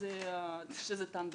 שזה תן בשקית,